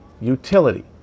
Utility